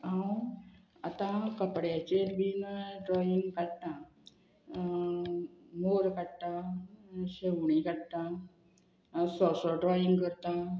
हांव आतां कपड्याचेर बीन ड्रॉईंग काडटां मोर काडटां शेवणीं काडटां सोंसो ड्रॉईंग करतां